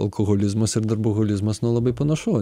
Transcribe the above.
alkoholizmas ir darboholizmas nu labai panašu